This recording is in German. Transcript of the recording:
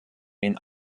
den